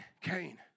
Cain